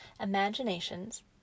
imaginations